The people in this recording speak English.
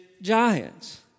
giants